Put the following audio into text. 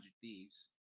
thieves